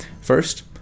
first